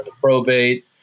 probate